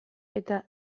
eta